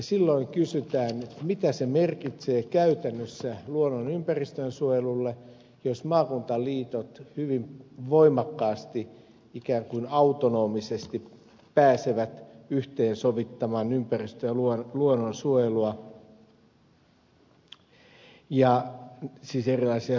silloin kysytään mitä merkitsee käytännössä luonnon ympäristönsuojelulle jos maakuntaliitot hyvin voimakkaasti ikään kuin autonomisesti pääsevät yhteensovittamaan ympäristön ja luonnonsuojelua siis erilaisia suunnitelmia